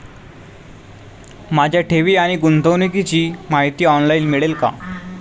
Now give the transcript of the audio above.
माझ्या ठेवी आणि गुंतवणुकीची माहिती ऑनलाइन मिळेल का?